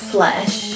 Flesh